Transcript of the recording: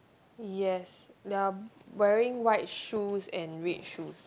yes they are wearing white shoes and red shoes